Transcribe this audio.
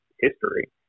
history